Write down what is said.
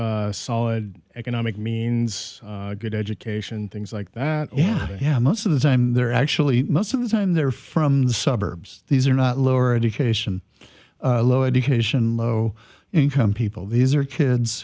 have solid economic means good education things like that yeah yeah most of the time they're actually most of the time they're from the suburbs these are not lower education low education low income people these are kids